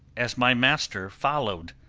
as my master follow'd,